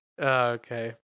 Okay